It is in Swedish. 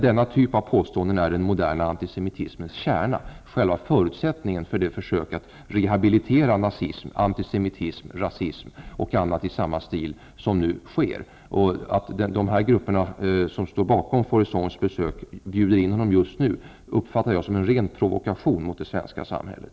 Denna typ av påståenden är den mo derna antisemitismens kärna och själva förutsättningen för de försök att re habilitera nazism, antisemitism, rasism och andra i samma stil som nu sker. Att dessa grupper som står bakom Faurissons besök bjuder in honom just nu uppfattar jag som en ren provokation mot det svenska samhället.